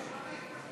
התשע"ח 2017,